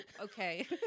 okay